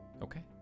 Okay